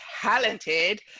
talented